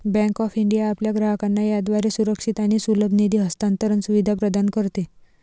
bank of India आपल्या ग्राहकांना याद्वारे सुरक्षित आणि सुलभ निधी हस्तांतरण सुविधा प्रदान करते